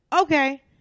okay